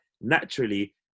Naturally